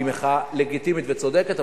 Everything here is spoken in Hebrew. היא מחאה לגיטימית וצודקת.